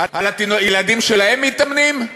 על הילדים שלהם מתאמנים?